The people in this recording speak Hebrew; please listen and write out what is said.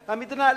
המדינה,